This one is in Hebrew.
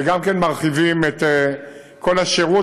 וגם מרחיבים את כל השירות,